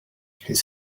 his